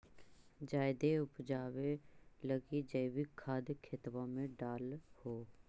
जायदे उपजाबे लगी जैवीक खाद खेतबा मे डाल हो?